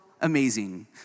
amazing